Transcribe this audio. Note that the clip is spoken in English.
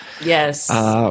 Yes